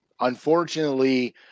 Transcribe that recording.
Unfortunately